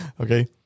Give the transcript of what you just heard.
okay